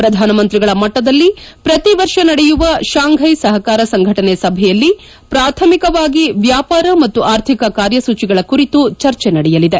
ಪ್ರಧಾನಮಂತ್ರಿಗಳ ಮಟ್ಟದಲ್ಲಿ ಪ್ರತಿವರ್ಷ ನಡೆಯುವ ಶಾಂಫ್ಲೆ ಸಹಕಾರ ಸಂಘಟನೆಯ ಸಭೆಯಲ್ಲಿ ಪ್ರಾಥಮಿಕವಾಗಿ ವ್ಯಾಪಾರ ಮತ್ತು ಆರ್ಥಿಕ ಕಾರ್ಯಸೂಚಿಗಳ ಕುರಿತು ಚರ್ಚೆ ನಡೆಯಲಿದೆ